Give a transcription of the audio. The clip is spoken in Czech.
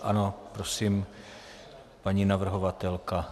Ano, prosím, paní navrhovatelka.